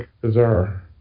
bizarre